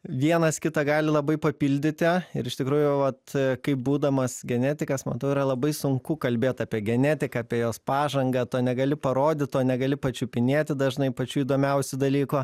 vienas kitą gali labai papildyti ir iš tikrųjų vat kaip būdamas genetikas matau yra labai sunku kalbėt apie genetiką apie jos pažangą to negali parodyt to negali pačiupinėti dažnai pačių įdomiausių dalykų